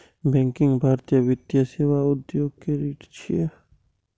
banking भारतीय वित्तीय सेवा उद्योग के रीढ़ छियै